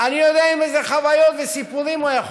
אני יודע עם איזה חוויות וסיפורים הוא היה חוזר.